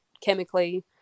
chemically